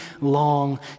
long